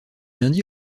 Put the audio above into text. lundi